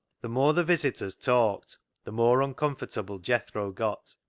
the more the visitors talked the more un comfortable jethro got,